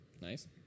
Nice